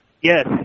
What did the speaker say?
Yes